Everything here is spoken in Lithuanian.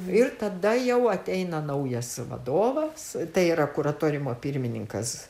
ir tada jau ateina naujas vadovas tai yra kuratoriumo pirmininkas